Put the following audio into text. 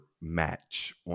match